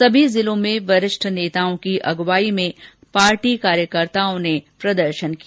सभी जिलों में वरिष्ठ नेताओं की अगुवाई में कार्यकर्ताओं ने प्रदर्शन किया